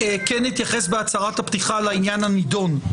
כן אתייחס בהצהרת הפתיחה לעניין הנדון.